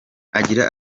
agira